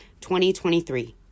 2023